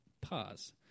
Pause